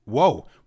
Whoa